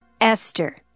Esther